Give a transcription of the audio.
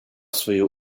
свою